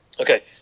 okay